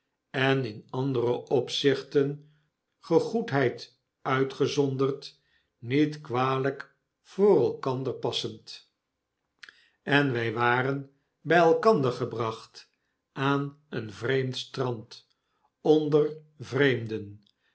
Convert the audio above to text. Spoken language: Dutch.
en in andere opzichten gegoedheid uitgezonderd niet kwalijk voor elkander passend en wfi waren bjj elkander gebracht aan een vreemd strand onder vreemden